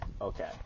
Okay